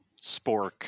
spork